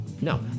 No